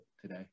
today